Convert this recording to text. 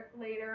later